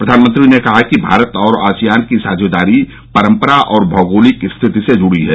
प्रधानमंत्री ने कहा कि भारत और आसियान की साझेदारी परम्परा और भौगोलिक स्थिति से जुड़ी है